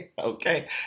Okay